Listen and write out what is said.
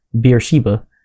Beersheba